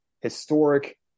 historic